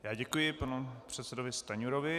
Já děkuji panu předsedovi Stanjurovi.